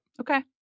Okay